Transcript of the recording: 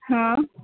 हा